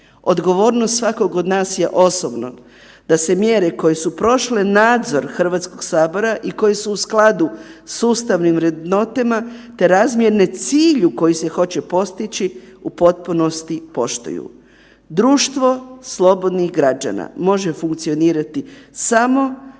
odgovornost svakog od nas je osobno, da se mjere koje su prošle nadzor Hrvatskog sabora i koje su u skladu s ustavnim vrednotama te razmjerne cilju koji se hoće postići u potpunosti poštuju. Društvo slobodnih građana može funkcionirati samo ako